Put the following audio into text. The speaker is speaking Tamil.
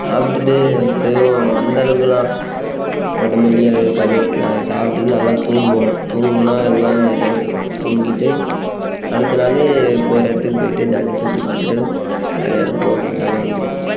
சாப்பிட்டுட்டு எதுவும் அந்தளவுக்கெலாம் உடம்பு வலி அது இருக்காது நான் சாப்பிட்டுட்டு நல்லா தூங்குவோம் தூங்கினா எல்லாம் சரியாகிடும் தூங்கிவிட்டு அடுத்த நாளே போகிற இடத்துக்குப் போயிவிட்டு ஜாலியாக சுற்றிப் பார்த்துட்டு ஜாலியாக இருப்போம் ஜாலியாக வந்துடுவோம்